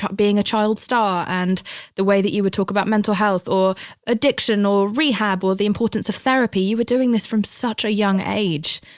being a child star and the way that you would talk about mental health or addiction or rehab or the importance of therapy. you were doing this from such a young age.